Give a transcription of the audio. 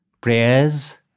prayers